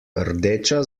rdeča